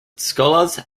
scholars